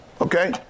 Okay